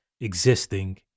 existing